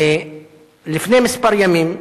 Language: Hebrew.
לפני כמה ימים,